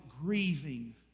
grieving